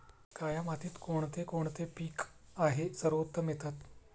काया मातीत कोणते कोणते पीक आहे सर्वोत्तम येतात?